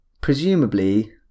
presumably